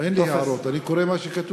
אין לי הערות, אני קורא מה שכתוב.